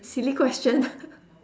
silly question